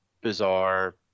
bizarre